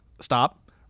stop